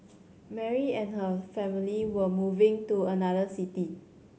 Mary and her family were moving to another city